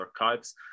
archives